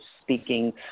speaking